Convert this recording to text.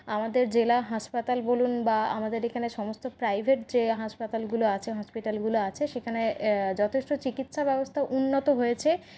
আমাদের জেলা হাসপাতাল বলুন বা আমাদের এখানে সমস্ত প্রাইভেট যে হাসপাতালগুলো আছে হসপিটালগুলো আছে সেখানে যথেষ্ট চিকিৎসা ব্যবস্থা উন্নত হয়েছে